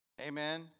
Amen